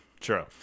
True